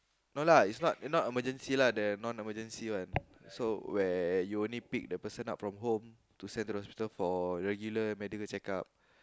no lah it's not not emergency lah the non emergency one so where you only pick the person up from home to send to the hospital for regular medical check up